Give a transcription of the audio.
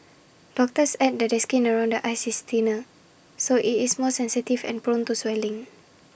doctors add that the skin around the eyes is thinner so IT is more sensitive and prone to swelling